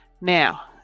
Now